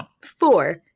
Four